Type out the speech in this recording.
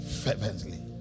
fervently